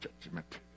judgment